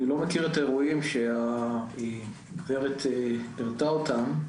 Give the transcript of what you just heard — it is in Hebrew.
אני לא מכיר את האירועים שהגברת מנתה אותם.